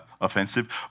offensive